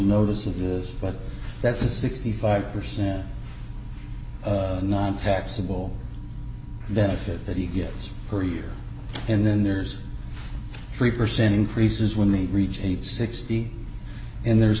notice of this but that's a sixty five percent non taxable benefit that he gets per year and then there's three percent increases when they reach sixty and there's